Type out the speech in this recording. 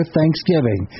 Thanksgiving